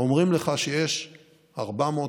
אומרים לך שיש 400,000,